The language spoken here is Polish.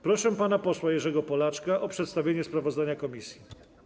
Proszę pana posła Jerzego Polaczka o przedstawienie sprawozdania komisji.